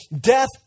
death